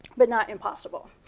but not impossible.